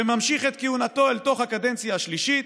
וממשיך את כהונתו אל תוך הקדנציה השלישית,